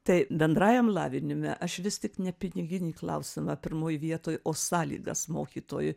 tai bendrajam lavinime aš vis tik ne piniginį klausimą pirmoj vietoj o sąlygas mokytojui